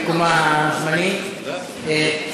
במקומה הזמני,